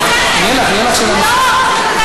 לא, לא, לא.